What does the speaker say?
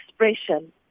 expression